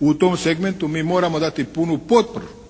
U tom segmentu mi moramo dati punu